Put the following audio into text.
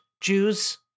Jews